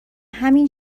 همین